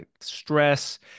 stress